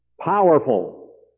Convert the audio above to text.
powerful